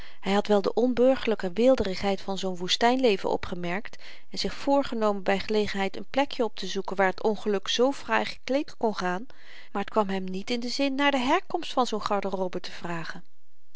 hy had wel de onburgerlyke weelderigheid van zoo'n woestynleven opgemerkt en zich voorgenomen by gelegenheid n plekjen optezoeken waar t ongeluk zoo fraai gekleed kon gaan maar t kwam hem niet in den zin naar de herkomst van zoo'n garderobe te vragen